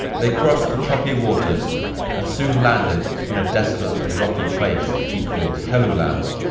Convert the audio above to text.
they crossed the choppy waters and soon landed in a desolate and rocky place that he called helluland,